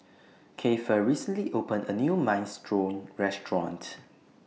Keifer recently opened A New Minestrone Restaurant